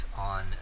on